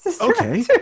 Okay